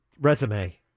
resume